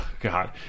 god